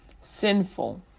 sinful